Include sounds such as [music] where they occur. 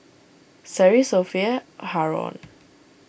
Seri Sofea Haron [noise]